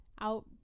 Out